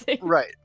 right